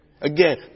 Again